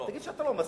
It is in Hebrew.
תגיד שאתה לא מסכים.